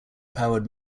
powered